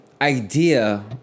idea